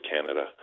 Canada